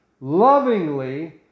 lovingly